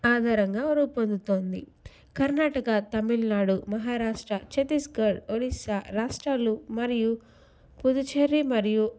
ఆధారంగా రూపొందుతోంది కర్ణాటక తమిళనాడు మహారాష్ట్ర చత్తీస్ఘడ్ ఒరిస్సా రాష్ట్రాలు మరియు పుదుచేరి మరియు